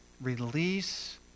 release